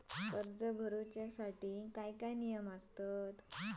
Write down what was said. कर्ज भरूच्या साठी काय नियम आसत?